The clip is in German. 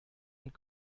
und